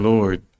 Lord